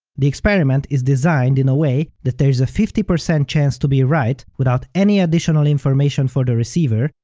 the experiment is designed in a way that there is a fifty percent chance to be right without any additional information for the receiver,